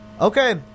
Okay